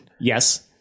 Yes